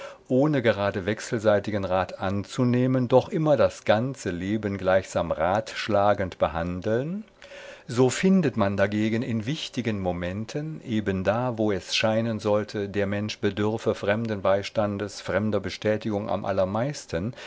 ohne gerade wechselseitigen rat anzunehmen doch immer das ganze leben gleichsam ratschlagend behandeln so findet man dagegen in wichtigen momenten eben da wo es scheinen sollte der mensch bedürfe fremden beistandes fremder bestätigung am allermeisten